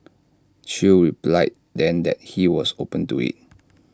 chew replied then that he was open to IT